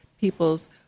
people's